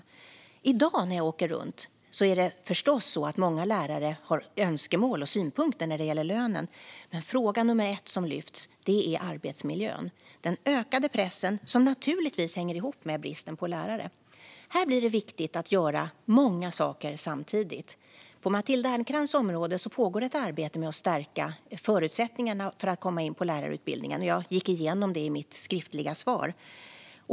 När jag träffar lärare i dag är det förstås många som har önskemål och synpunkter när det gäller lönen, men fråga nummer ett är arbetsmiljön och den ökade pressen, som naturligtvis hänger ihop med bristen på lärare. Här blir det viktigt att göra många saker samtidigt. På Matilda Ernkrans område pågår ett arbete med att stärka förutsättningarna för att komma in på lärarutbildningen. Jag gick igenom det i mitt skriftliga svar.